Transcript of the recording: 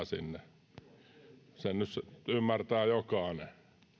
sinne sen nyt ymmärtää jokainen